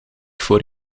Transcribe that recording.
voor